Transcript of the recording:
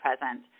present